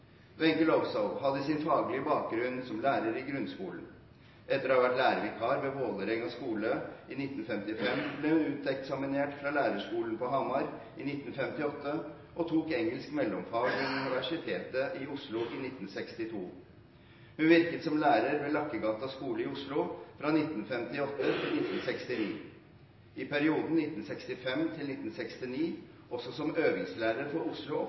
hadde sin faglige bakgrunn som lærer i grunnskolen. Etter å ha vært lærervikar ved Vålerenga skole i 1955 ble hun uteksaminert fra Hamar lærerskole i 1958 og tok engelsk mellomfag ved Universitetet i Oslo i 1962. Hun virket som lærer ved Lakkegata skole i Oslo fra 1958 til 1969, og i perioden 1965 til 1969 også som øvingslærer for Oslo